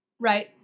Right